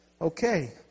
Okay